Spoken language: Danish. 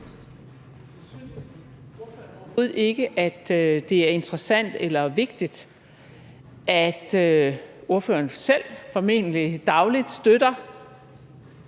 overhovedet ikke, at det er interessant eller vigtigt at vide, at ordføreren selv formentlig dagligt støtter,